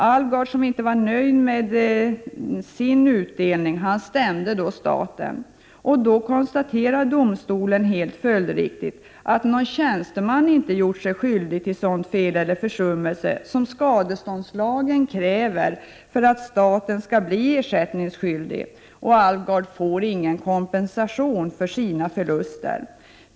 Alvgard var inte nöjd med sin utdelning utan stämde staten, och då konstaterade domstolen helt följdriktigt att någon tjänsteman inte hade gjort sig skyldig till sådant fel eller försummelse som skadeståndslagen kräver för att staten skulle bli ersättningsskyldig. Alvgard fick ingen kompensation för sina förluster.